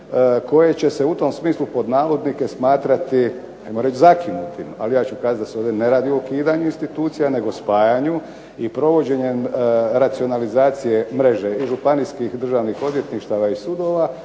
koje će se u tom smislu pod navodnike smatrati ajmo reći zakinuti. Ali ja ću kazat da se ovdje ne radi o ukidanju institucija nego spajanju i provođenjem racionalizacije mreže županijskih državnih odvjetništava i sudova